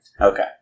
Okay